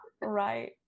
Right